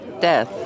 Death